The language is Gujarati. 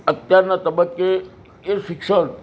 અત્યારનાં તબક્કે એ શિક્ષણ